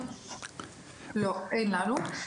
לא, אין לנו.